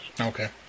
Okay